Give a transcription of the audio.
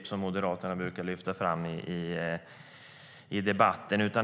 Det brukar Moderaterna lyfta fram i debatten.